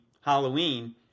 Halloween